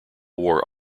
war